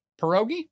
pierogi